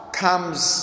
comes